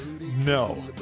No